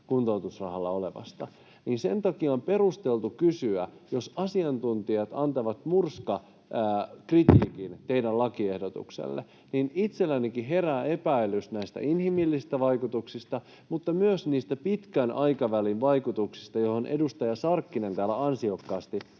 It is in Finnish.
kuntoutusrahalla olevasta, ja sen takia on perusteltua kysyä — jos asiantuntijat antavat murskakritiikin teidän lakiehdotuksellenne, niin itsellänikin herää epäilys näistä inhimillisistä vaikutuksista mutta myös niistä pitkän aikavälin vaikutuksista, joihin edustaja Sarkkinen täällä ansiokkaasti